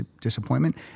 disappointment